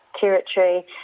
territory